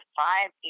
five